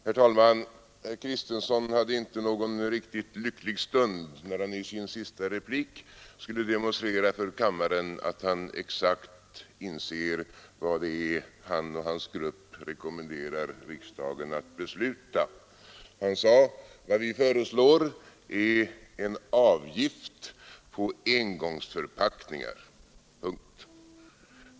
Herr talman! Herr Kristenson hade inte någon riktigt lycklig stund när han nyss i en sista replik skulle demonstrera för kammaren att han exakt inser vad det är han och hans grupp rekommenderar riksdagen att besluta. Han sade: Vad vi föreslår är en avgift på engångsförpackningar.